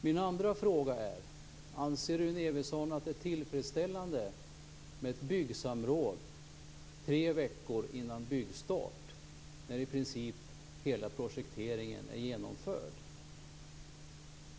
Min andra fråga är: Anser Rune Evensson att det är tillfredsställande med ett byggsamråd tre veckor före byggstart, när i princip hela projekteringen är genomförd?